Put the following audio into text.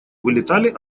вылетали